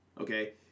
Okay